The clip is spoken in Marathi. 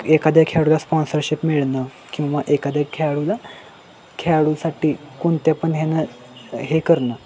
एखाद्या खेळाडूला स्पॉन्सरशिप मिळणं किंवा एखाद्या खेळाडूला खेळाडूसाठी कोणते पण हे न हे करणं